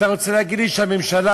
אתה רוצה להגיד לי שהממשלה,